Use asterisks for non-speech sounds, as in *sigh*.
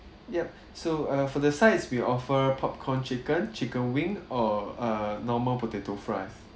ya *breath* so uh for the sides we offer popcorn chicken chicken wing or err normal potato fries